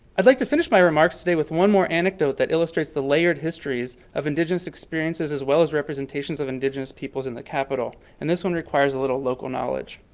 i'd like to finish my remarks today with one more anecdote that illustrates the layered histories of indigenous experiences as well as representations of indigenous peoples in the capital, and this one requires a little local knowledge.